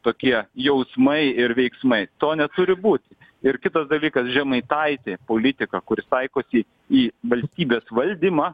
tokie jausmai ir veiksmai to neturi būti ir kitas dalykas žemaitaitį politiką kuris taikosi į valstybės valdymą